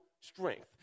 strength